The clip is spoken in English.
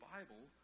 Bible